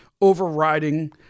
overriding